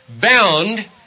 bound